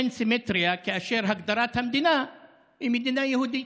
אין סימטריה כאשר הגדרת המדינה היא "מדינה יהודית".